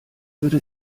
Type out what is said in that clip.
würde